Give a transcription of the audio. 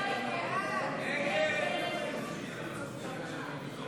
לסעיף 01 בדבר